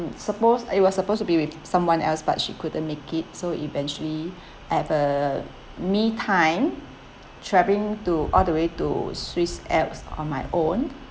supposed it was supposed to be with someone else but she couldn't make it so eventually I have a me time travelling to all the way to swiss alps on my own